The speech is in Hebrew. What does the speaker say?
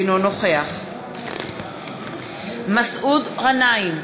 אינו נוכח מסעוד גנאים,